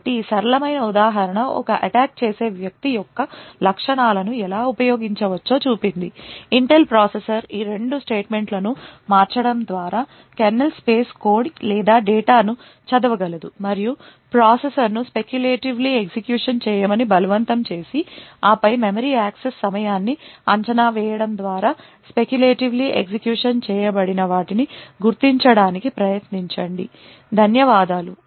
కాబట్టి ఈ సరళమైన ఉదాహరణ ఒక అటాక్ చేసే వ్యక్తి యొక్క లక్షణాలను ఎలా ఉపయోగించవచ్చో చూపించింది Intel ప్రాసెసర్ ఈ రెండు స్టేట్మెంట్లను మార్చడం ద్వారా కెర్నల్ స్పేస్ కోడ్ లేదా డేటాను చదవగలదు మరియు ప్రాసెసర్ను speculatively ఎగ్జిక్యూషన్ చేయమని బలవంతం చేసి ఆపై మెమరీ యాక్సెస్ సమయాన్ని అంచనా వేయడం ద్వారా speculatively ఎగ్జిక్యూషన్ చేయబడిన వాటిని గుర్తించడానికి ప్రయత్నించండి ధన్యవాదాలు